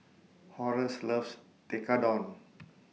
Horace loves Tekkadon